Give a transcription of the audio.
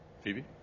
Phoebe